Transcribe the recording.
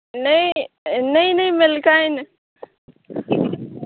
नहि नहि नहि मलिकानि